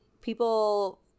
people